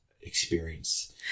experience